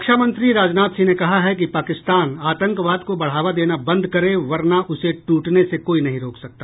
रक्षामंत्री राजनाथ सिंह ने कहा है कि पाकिस्तान आतंकवाद को बढ़ावा देना बंद करे वरना उसे टूटने से कोई नहीं रोक सकता